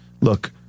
look